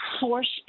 force